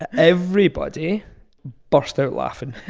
everybody burst out laughing.